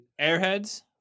Airheads